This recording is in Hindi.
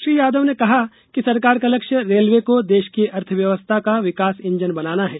श्री यादव ने कहा कि सरकार का लक्ष्य रेलवे को देश की अर्थव्यवस्था का विकास ईंजन बनाना है